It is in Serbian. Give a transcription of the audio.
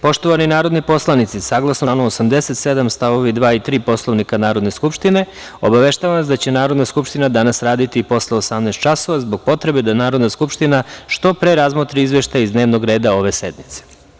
Poštovani narodni poslanici, saglasno članu 27. i članu 87. stavovi 2. i 3. Poslovnika Narodne skupštine, obaveštavam vas da će Narodna skupština danas raditi posle 18 časova, zbog potrebe da Narodna skupština što pre razmotri izveštaje iz dnevnog reda ove sednice.